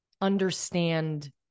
understand